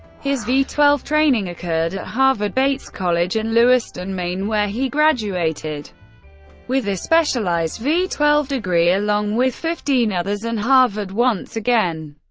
his v twelve training occurred at harvard, bates college in lewiston, maine, where he graduated with a specialized v twelve degree along with fifteen others, and harvard once again.